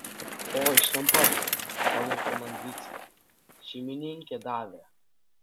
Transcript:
o iš ten pat pamerkė man vycka šeimininkė davė